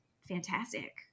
fantastic